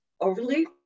Overly